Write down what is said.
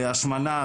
השמנה,